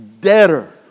debtor